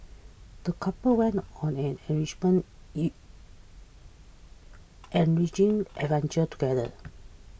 the couple went on an enriching adventure together